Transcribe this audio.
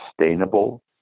sustainable